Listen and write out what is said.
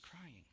crying